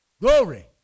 Glory